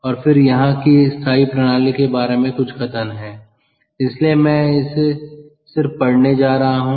और फिर यहाँ की स्थायी प्रणाली के बारे में कुछ कथन हैं इसलिए मैं इसे सिर्फ पढ़ने जा रहा हूं